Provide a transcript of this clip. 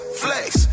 flex